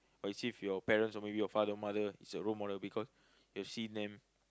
as if you parent or maybe you father mother is your role model because you seen them